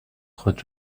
خود